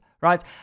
right